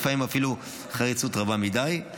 לפעמים אפילו בחריצות רבה מדי,